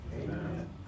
Amen